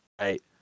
right